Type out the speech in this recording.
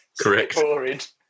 Correct